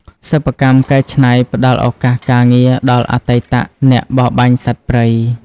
សិប្បកម្មកែច្នៃផ្តល់ឱកាសការងារដល់អតីតអ្នកបរបាញ់សត្វព្រៃ។